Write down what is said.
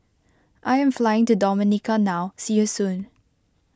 I am flying to Dominica now see you soon